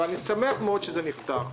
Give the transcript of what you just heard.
ואני שמח מאוד שזה נפתר.